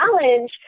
challenge